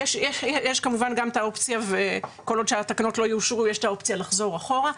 כל עוד התקנות לא יאושרו יש גם את האופציה לחזור אחורה,